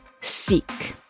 seek